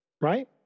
right